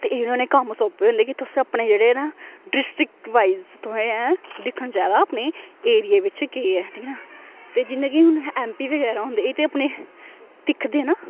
ते इनें कम्म सौंपे दे होंदे तुस अपने जेह्ड़े न डिस्ट्रिक वाईज तुसें दिक्खना चाहिदा अपने एरिये बिच केह् ऐ न ते जियां कि हून एमपी बगैरा होंदे ते अपने दिक्खदे न